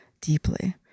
deeply